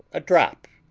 a drop,